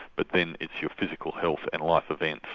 but then it's your physical health and life events,